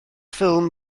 ffilm